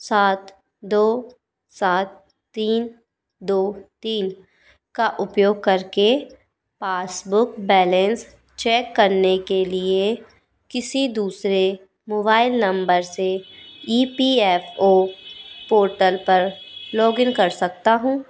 सात दो सात तीन दौ तीन का उपयोग करके पासबुक बैलेंस चेक करने के लिए किसी दूसरे मोबाइल नंबर से ई पी एफ़ ओ पर लॉगइन कर सकता हूँ